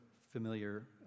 familiar